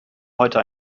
heute